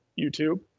YouTube